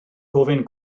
gofyn